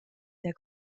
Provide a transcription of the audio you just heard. sehr